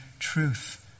Truth